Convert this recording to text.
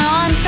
on